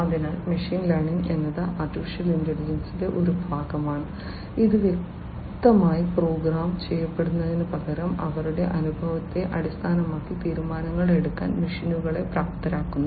അതിനാൽ machine learning എന്നത് AI യുടെ ഒരു ഭാഗമാണ് ഇത് വ്യക്തമായി പ്രോഗ്രാം ചെയ്യപ്പെടുന്നതിനുപകരം അവരുടെ അനുഭവത്തെ അടിസ്ഥാനമാക്കി തീരുമാനങ്ങൾ എടുക്കാൻ മെഷീനുകളെ പ്രാപ്തരാക്കുന്നു